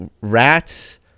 rats